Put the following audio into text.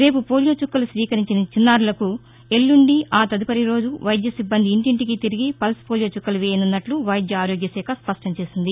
రేపు పోలియో చుక్కలు స్వీకరించని చిన్నారులకు ఎల్లుండి ఆ తదుపరి రోజు వైద్య సిబ్బంది ఇంటింటికి తిరిగి పల్స్పోలియో చుక్కలు వేయనున్నట్లు వైద్య ఆరోగ్యశాఖ స్పష్టం చేసింది